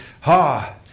Ha